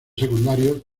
secundarios